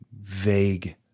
vague